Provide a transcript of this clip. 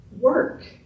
work